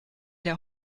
der